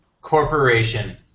corporation